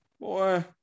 Boy